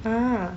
ah